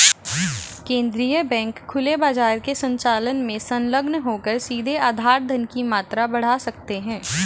केंद्रीय बैंक खुले बाजार के संचालन में संलग्न होकर सीधे आधार धन की मात्रा बढ़ा सकते हैं